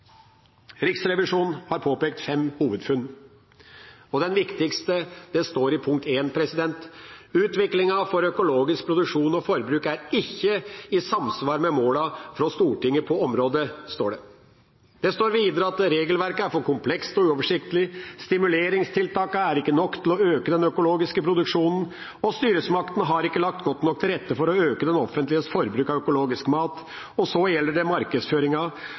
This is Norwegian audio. Riksrevisjonen har påpekt fem hovedfunn, og det viktigste står i punkt 1: «Utviklinga for økologisk produksjon og forbruk er ikkje i samsvar med måla frå Stortinget på området.» Det står videre at regelverket er for komplekst og uoversiktlig, stimuleringstiltakene er ikke nok til å øke den økologiske produksjonen, og styresmaktene har ikke lagt godt nok til rette for å øke det offentliges forbruk av økologisk mat. Så gjelder det